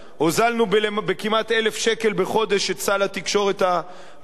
הוזלנו בכמעט 1,000 שקל בחודש את סל התקשורת המשפחתי,